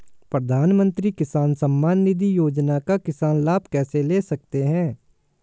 प्रधानमंत्री किसान सम्मान निधि योजना का किसान लाभ कैसे ले सकते हैं?